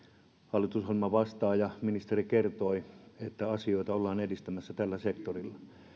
hallitusohjelma vastaa ja ministeri kertoi että asioita ollaan edistämässä tällä sektorilla